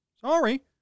Sorry